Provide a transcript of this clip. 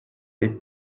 des